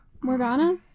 Morgana